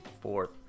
fourth